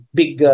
big